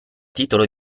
titolo